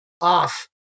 off